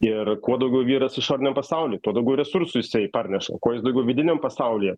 ir kuo daugiau vyras išoriniam pasauly tuo daugiau resursų jisai parneša kuo jis daugiau vidiniam pasaulyje